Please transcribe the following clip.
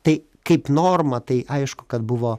tai kaip norma tai aišku kad buvo